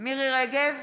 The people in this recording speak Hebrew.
מירי מרים רגב,